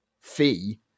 fee